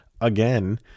again